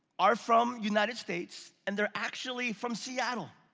are from united states, and they're actually from seattle.